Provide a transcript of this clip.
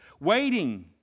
Waiting